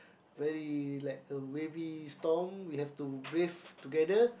very like a wavy storm we have to brave together